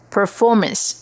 Performance